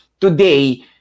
Today